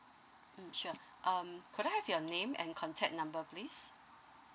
mm sure um could I have your name and contact number please